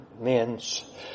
men's